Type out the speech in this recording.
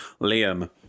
Liam